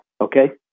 Okay